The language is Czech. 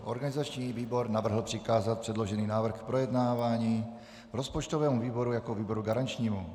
Organizační výbor navrhl přikázat předložený návrh zákona k projednávání rozpočtovému výboru jako výboru garančnímu.